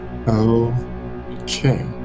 Okay